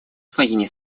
своими